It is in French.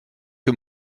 que